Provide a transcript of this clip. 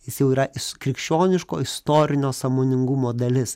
jis jau yra is krikščioniško istorinio sąmoningumo dalis